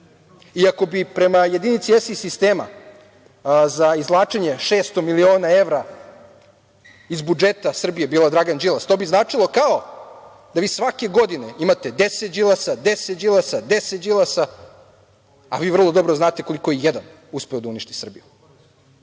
Ako bi prema jedinici SI sistema za izvlačenje 600 miliona evra iz budžeta Srbije bila Dragan Đilas, to bi značilo kao da vi svake godine imate 10 Đilasa, 10 Đilasa, 10 Đilasa, a vi vrlo dobro znate koliko je jedan uspeo da uništi Srbiju.U